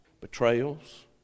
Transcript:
Betrayals